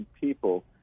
people